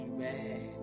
Amen